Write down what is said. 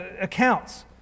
accounts